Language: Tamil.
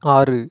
ஆறு